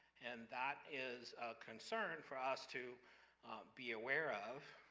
and that is a concern for us to be aware of.